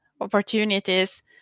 opportunities